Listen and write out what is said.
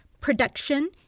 production